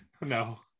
No